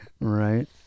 Right